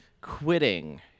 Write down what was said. quitting